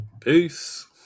peace